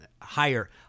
higher